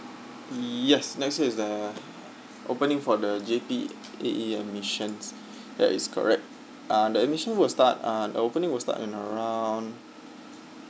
yes next year is the opening for the J_P_A_E admissions that is correct uh the admission will start uh the opening will start in around